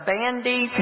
Bandy